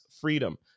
freedom